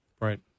Right